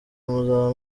muzaba